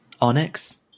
Onyx